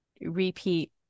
repeat